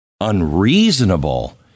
unreasonable